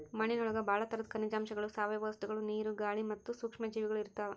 ಮಣ್ಣಿನೊಳಗ ಬಾಳ ತರದ ಖನಿಜಾಂಶಗಳು, ಸಾವಯವ ವಸ್ತುಗಳು, ನೇರು, ಗಾಳಿ ಮತ್ತ ಸೂಕ್ಷ್ಮ ಜೇವಿಗಳು ಇರ್ತಾವ